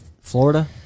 Florida